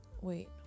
wait